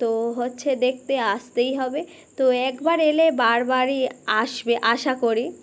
তো হচ্ছে দেখতে আসতেই হবে তো একবার এলে বারবারই আসবে আশা করি